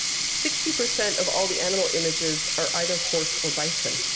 sixty percent of all the animal images are either horse or bison.